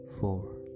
Four